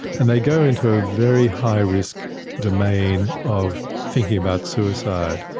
and they go into a very high risk domain of thinking about suicide.